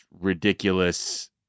ridiculous